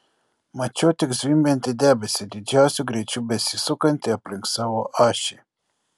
mačiau tik zvimbiantį debesį didžiausiu greičiu besisukantį aplink savo ašį